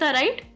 right